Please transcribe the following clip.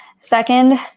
Second